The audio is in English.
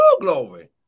glory